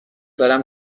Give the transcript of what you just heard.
دارم